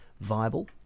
viable